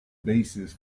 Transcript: basis